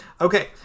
Okay